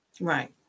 Right